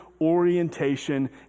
orientation